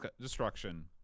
destruction